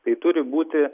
tai turi būti